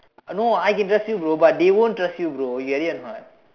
no I can trust you bro but they won't trust you bro you get it or not